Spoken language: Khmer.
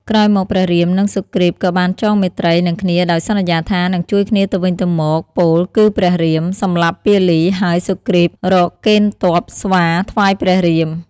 ក្រោយមកព្រះរាម និងសុគ្រីពក៏បានចងមេត្រី នឹងគ្នាដោយសន្យាថា នឹងជួយគ្នាទៅវិញទៅមកពោល គឺព្រះរាម សម្លាប់ពាលីហើយសុគ្រីពរកកេណ្ឌទព័ស្វាថ្វាយព្រះរាម។